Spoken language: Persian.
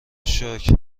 شکر